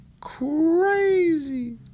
crazy